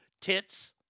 tits